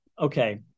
okay